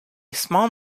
small